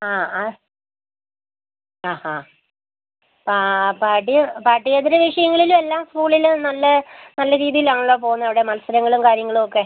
ആ ആ ആ ഹാ ആ പാഠ്യേതര വിഷയങ്ങളിലും എല്ലാ സ്കൂളിലും നല്ല നല്ല രീതിയിൽ ആണല്ലോ പോവുന്നത് അവിടെ മത്സരങ്ങളും കാര്യങ്ങളുമൊക്കെ